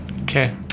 Okay